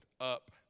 up